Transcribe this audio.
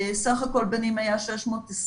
סך הכול בנים היה 624,